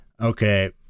okay